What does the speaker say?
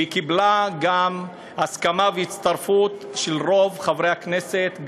קיבלה גם הסכמה והצטרפות של הרבה חברי כנסת,